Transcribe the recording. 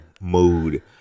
mood